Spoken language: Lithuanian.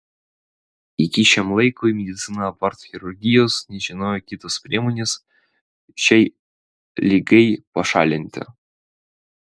iki šiam laikui medicina apart chirurgijos nežinojo kitos priemonės šiai ligai pašalinti